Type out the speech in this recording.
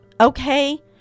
Okay